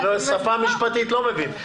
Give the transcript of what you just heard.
אני שפה משפטית לא מבין.